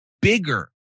bigger